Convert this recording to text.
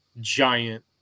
giant